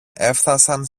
έφθασαν